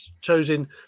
chosen